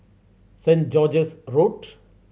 Saint George's Road